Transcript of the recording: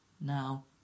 now